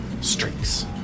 streaks